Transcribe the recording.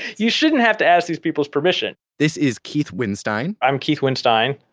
you shouldn't have to ask these people's permission this is keith winstein i'm keith winstein.